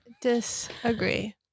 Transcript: disagree